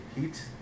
Heat